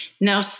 Now